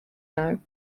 know